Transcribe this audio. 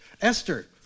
Esther